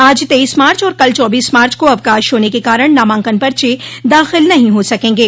आज तेईस मार्च और कल चौबीस मार्च को अवकाश होने के कारण नामांकन पर्चे दाखिल नहीं हो सकेंगे